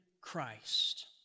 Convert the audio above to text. Christ